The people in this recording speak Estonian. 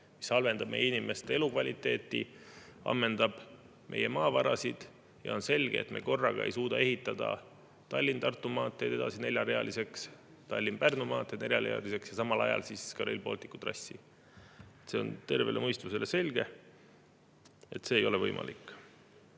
mis halvendab meie inimeste elukvaliteeti, ammendab meie maavarasid. On selge, et me korraga ei suuda ehitada Tallinna–Tartu maanteed edasi neljarealiseks, Tallinna–Pärnu maanteed neljarealiseks ja samal ajal ka Rail Balticu trassi. See on tervele mõistusele selge, et see ei ole võimalik.